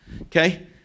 Okay